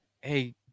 Hey